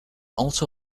also